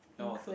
you want water